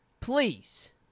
Please